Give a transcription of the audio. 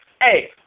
Hey